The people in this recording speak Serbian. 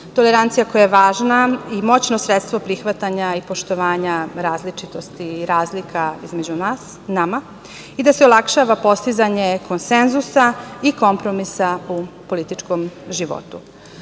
tolerancija koja je važno i moćno sredstvo prihvatanja i poštovanja različitosti i razlika između nas i da se olakšava postizanje konsenzusa i kompromisa u političkom životu. Na